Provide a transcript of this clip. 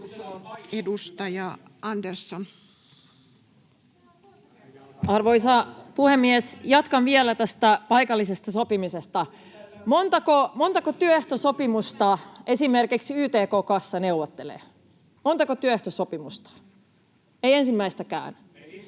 16:23 Content: Arvoisa puhemies! Jatkan vielä tästä paikallisesta sopimisesta. Montako työehtosopimusta esimerkiksi YTK-kassa neuvottelee, montako työehtosopimusta? Ei ensimmäistäkään.